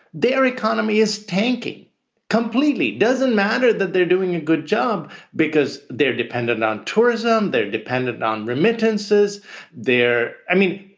their economy is tanking completely. doesn't matter that they're doing a good job because they're dependent on tourism. they're dependent on remittances there. i mean,